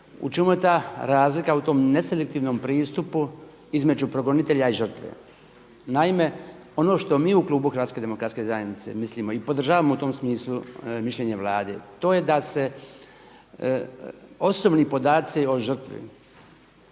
u čemu je ta razlika u tom neselektivnom pristupu između progonitelja i žrtve. Naime, ono što mi u klubu Hrvatske demokratske zajednice mislimo i podržavamo u tom smislu mišljenje Vlade to je da se osobni podaci o žrtvi